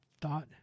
thought